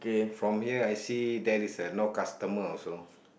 from here I see there is a no customer also